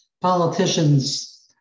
Politicians